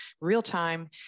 real-time